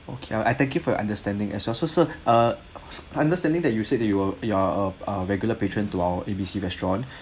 okay I thank you for your understanding as well so sir err understanding that you said that you were you are a ah regular patron to our A B C restaurant